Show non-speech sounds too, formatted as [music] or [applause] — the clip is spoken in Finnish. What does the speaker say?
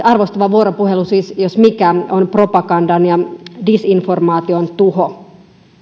[unintelligible] arvostava vuoropuhelu jos mikä on propagandan ja disinformaation tuho